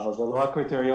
אבל זה לא הקריטריון.